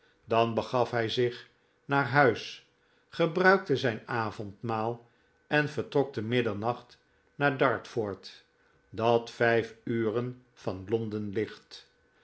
dan begaf hij zich naar huis gebruikte zijn avondmaal en vertrok te middernacht naar dart ford dat vijf uren van